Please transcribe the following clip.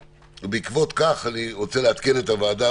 ובעקבות כך אני רוצה לעדכן את הוועדה,